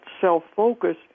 self-focus